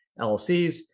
LLCs